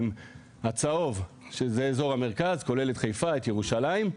הצהוב זה אזור המרכז כולל את חיפה וירושלים,